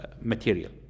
material